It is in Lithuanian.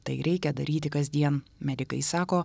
tai reikia daryti kasdien medikai sako